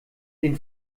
den